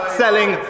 selling